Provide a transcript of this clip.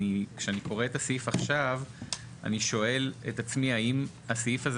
כשאני קורא את הסעיף עכשיו אני שואל את עצמי האם הסעיף הזה